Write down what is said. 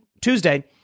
Tuesday